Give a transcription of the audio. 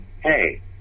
hey